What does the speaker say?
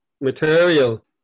material